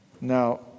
Now